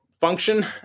function